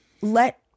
let